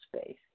space